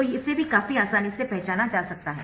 तो इसे भी काफी आसानी से पहचाना जा सकता है